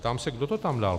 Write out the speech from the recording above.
Ptám se, kdo to tam dal?